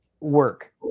work